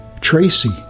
Tracy